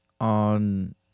on